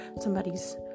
somebody's